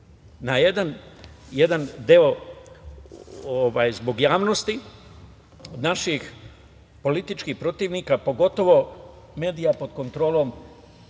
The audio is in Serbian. na jedan deo zbog javnosti, naših političkih protivnika, pogotovo medija pod kontrolom